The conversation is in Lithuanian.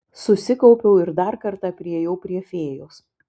susikaupiau ir dar kartą priėjau prie fėjos